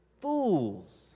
fools